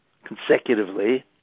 consecutively